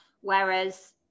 whereas